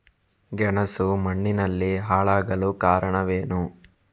ಗೆಣಸು ಮಣ್ಣಿನಲ್ಲಿ ಹಾಳಾಗಲು ಕಾರಣವೇನು?